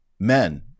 men